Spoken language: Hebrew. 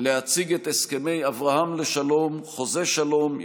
להציג את הסכמי אברהם לשלום: חוזה שלום,